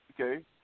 Okay